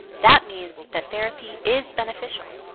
that means that therapy is beneficial.